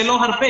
זה לא הרבה.